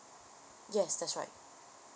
yes that's right